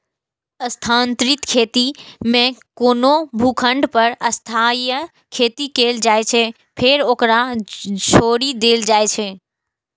स्थानांतरित खेती मे कोनो भूखंड पर अस्थायी खेती कैल जाइ छै, फेर ओकरा छोड़ि देल जाइ छै